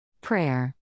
Prayer